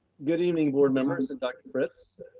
good evening, board members and dr. fritz.